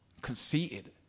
conceited